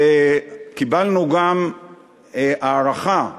וקיבלנו גם הערכה מהאו"ם.